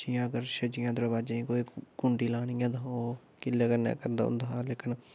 जि'यां अगर छज्जियां दरवाजें ई कोई कुंडी लानी ऐ ते ओह् किल्ले कन्नै करदा होंदा हा लेकिन